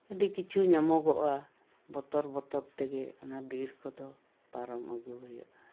ᱟᱹᱰᱤ ᱠᱤᱪᱷᱩ ᱧᱟᱢᱚᱜᱚᱜᱼᱟ ᱵᱚᱛᱚᱨ ᱛᱮᱜᱮ ᱚᱱᱟ ᱵᱤᱨ ᱠᱚᱫᱚ ᱯᱟᱨᱚᱢ ᱟᱹᱜᱩ ᱦᱩᱭᱩᱜᱼᱟ